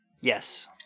Yes